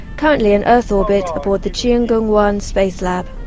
currently in earth orbit aboard the tiangong one space lab.